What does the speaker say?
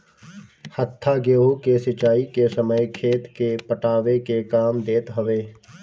हत्था गेंहू के सिंचाई के समय खेत के पटावे के काम देत हवे